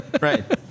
Right